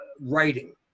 writing